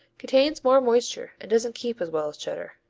contains more moisture, and doesn't keep as well as cheddar.